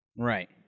Right